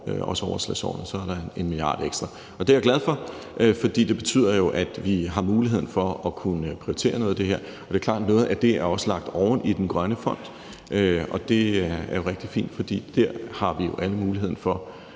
også overslagsårene – så er der 1 mia. kr. ekstra. Og det er jeg glad for, fordi det jo betyder, at vi har muligheden for at kunne prioritere noget af det her. Det er klart, at noget af det også er lagt oven i den grønne fond, og det er rigtig fint, for der har vi jo alle muligheden for